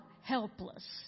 helpless